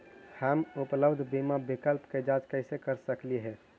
हम उपलब्ध बीमा विकल्प के जांच कैसे कर सकली हे?